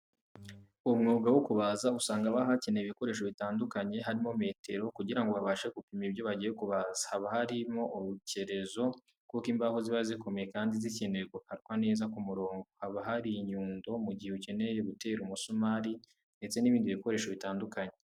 Umwuga wo kubaza usanga haba hakenewe ibikoresho bitandukanye, harimo metero kugira ngo babashe gupima ibyo bagiye kubaza, haba harimo urukerezo kuko imbaho ziba zikomeye kandi zikeneye gukatwa neza ku murongo, haba hari inyundo mugihe ukeneye gutera umusumari, ndetse n'ibindi bikoresho bitandukanye.